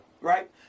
Right